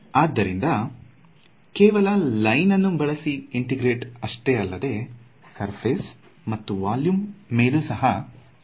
ಆದ್ದರಿಂದ ಕೇವಲ ಲೈನ್ ಅನ್ನು ಬಳಸಿ ಇಂಟೆಗ್ರೇಟ್ ಅಷ್ಟೇ ಅಲ್ಲದೆ ಸರ್ಫೆಸ್ ಮತ್ತು ವಲ್ಯೂಮ್ ಮೇಲು ಸಹ ಮಾಡಬೇಕಾಗುತ್ತೆ